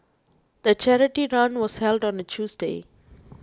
the charity run was held on a Tuesday